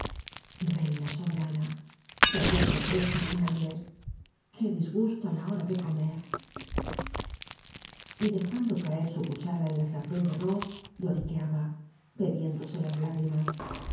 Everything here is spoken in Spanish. reina soberana se habían propuesto arruinarles qué disgusto á la hora de comer dejando caer su cuchara en la sartén de arroz lloriqueaba bebiéndose las lágrimas